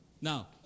Now